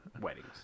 weddings